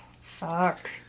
fuck